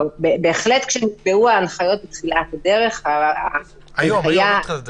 כשניתנו ההנחיות בתחילת הדרך --- לא בתחילת הדרך,